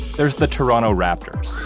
there's the toronto raptors.